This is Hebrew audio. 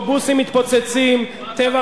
אוטובוסים מתפוצצים, מה אתה כבר